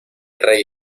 rey